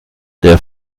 der